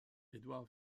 edouard